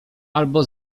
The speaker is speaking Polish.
albo